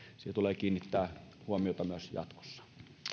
kiinnittää huomiota myös jatkossa